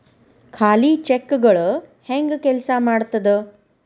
ಖಾಲಿ ಚೆಕ್ಗಳ ಹೆಂಗ ಕೆಲ್ಸಾ ಮಾಡತದ?